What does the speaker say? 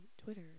Twitter